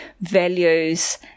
values